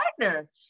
partner